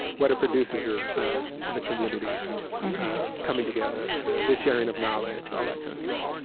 what it produces is the the community coming together, the the sharing of knowledge, all that kind of but